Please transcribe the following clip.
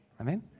Amen